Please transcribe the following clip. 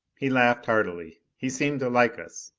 he laughed heartily. he seemed to like us.